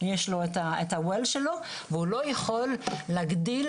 הם היו צריכים ללכת